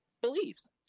beliefs